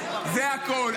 זה הכול.